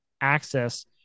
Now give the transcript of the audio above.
access